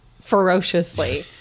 ferociously